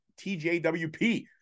TJWP